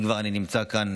אם כבר אני נמצא כאן,